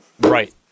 Right